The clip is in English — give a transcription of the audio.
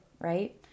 right